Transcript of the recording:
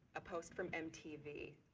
a post from m t v.